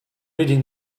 reading